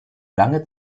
lange